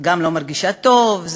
גם לא מרגישה טוב,